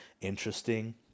interesting